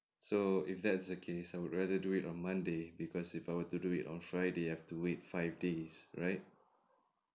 so if that's the case I would rather do it on monday because if I were to do it on friday I've to wait five days right